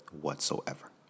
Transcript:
whatsoever